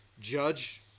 judge